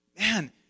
Man